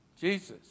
Jesus